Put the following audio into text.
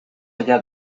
allá